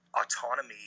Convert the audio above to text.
autonomy